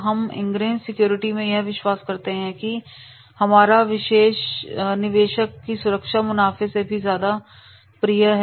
हम Ingress securities में यह विश्वास करते हैं की हमारे निवेशक की सुरक्षा मुनाफे से भी पहले आती है